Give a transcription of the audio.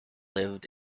lived